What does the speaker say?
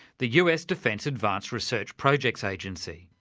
the us defence advanced research projects agency.